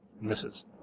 Misses